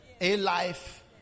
A-Life